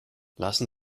lassen